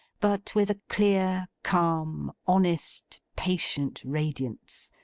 but with a clear, calm, honest, patient radiance,